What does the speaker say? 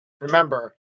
Remember